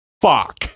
fuck